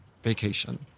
vacation